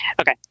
Okay